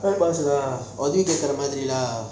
உதவி கேக்குற மாறி:uthavi keakura maari lah